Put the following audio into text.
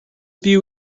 view